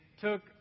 took